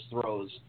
throws –